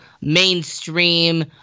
mainstream